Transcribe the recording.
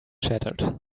shattered